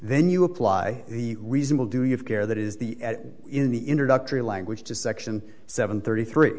then you apply the reasonable do you care that is the in the introductory language to section seven thirty three